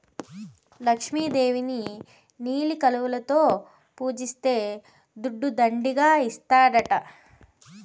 లక్ష్మి దేవిని నీలి కలువలలో పూజిస్తే దుడ్డు దండిగా ఇస్తాడట